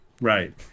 Right